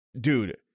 dude